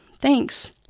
Thanks